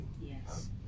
Yes